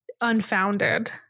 unfounded